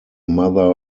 mother